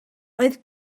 oedd